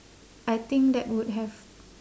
I think that would have